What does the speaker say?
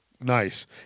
nice